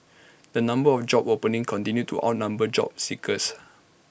the number of job openings continued to outnumber job seekers